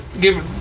give